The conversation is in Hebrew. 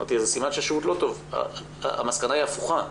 אמרתי שזה סימן השירות לא טוב אבל המסקנה היא הפוכה.